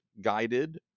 guided